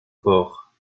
forts